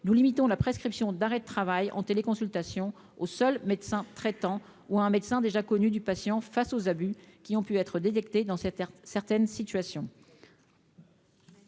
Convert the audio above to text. nous limitons la prescription d'arrêt de travail en téléconsultation au seul médecin traitant ou un médecin déjà connues du patient face aux abus qui ont pu être détectés dans certaines situations.